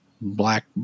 black